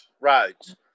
roads